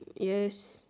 yes